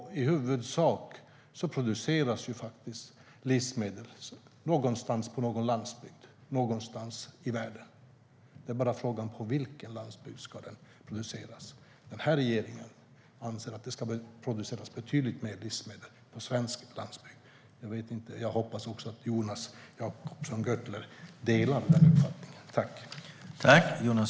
I huvudsak produceras faktiskt livsmedel på någon landsbygd någonstans i världen. Frågan är bara på vilken landsbygd den ska produceras. Den här regeringen anser att det ska produceras betydligt mer livsmedel på svensk landsbygd. Jag hoppas att Jonas Jacobsson Gjörtler delar den uppfattningen.